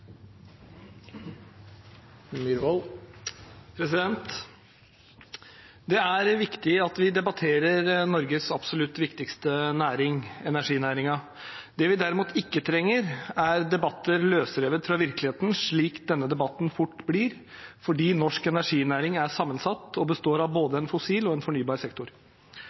viktig at vi debatterer Norges absolutt viktigste næring, energinæringen. Det vi derimot ikke trenger, er debatter løsrevet fra virkeligheten, slik denne debatten fort blir fordi norsk energinæring er sammensatt og består av både en fossil og en fornybar sektor.